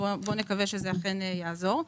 בוא נקווה שזה אכן יעזור.